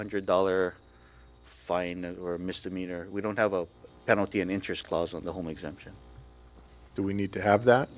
hundred dollar fine or misdemeanor we don't have a penalty and interest clause on the home exemption do we need to have that